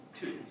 Two